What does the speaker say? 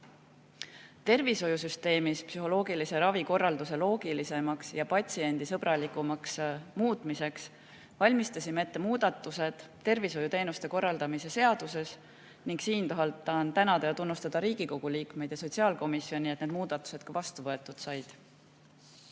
Tervishoiusüsteemis psühholoogilise ravi korralduse loogilisemaks ja patsiendisõbralikumaks muutmiseks valmistasime ette muudatused tervishoiuteenuste korraldamise seaduses. Siinkohal tahan tänada ja tunnustada Riigikogu liikmeid ja sotsiaalkomisjoni, et need muudatused ka vastu võetud said.